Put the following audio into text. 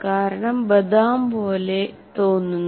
കാരണം ബദാം പോലെ തോന്നുന്നു